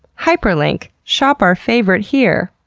hyperlink shop our favorite here!